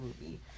movie